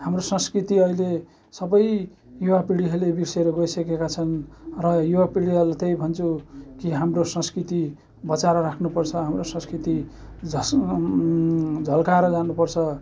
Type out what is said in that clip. हाम्रो संस्कृति अहिले सबै युवापिँढीहरूले बिर्सिएर गइसकेका छन् र युवापिँढीहरूले त्यही भन्छु कि हाम्रो संस्कृति बचाएर राख्नुपर्छ हाम्रो संस्कृति झस् झल्काएर जानुपर्छ